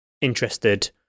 interested